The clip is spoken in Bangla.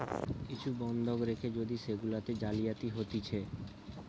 কিছু বন্ধক রেখে যদি সেগুলাতে জালিয়াতি হতিছে